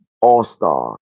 All-Star